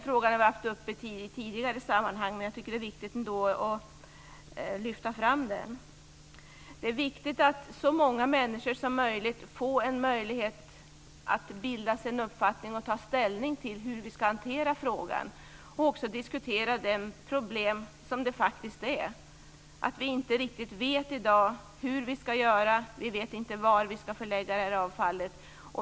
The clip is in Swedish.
Frågan har varit uppe i tidigare sammanhang, men jag tycker att det är viktigt att ändå lyfta fram den. Det är viktigt att så många människor som möjligt får en möjlighet att bilda sig en uppfattning om och ta ställning till hur vi ska hantera frågan och också diskutera det problem det faktiskt är att vi inte riktigt vet i dag hur vi ska göra. Vi vet inte vart vi ska förlägga avfallet.